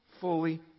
fully